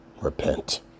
Repent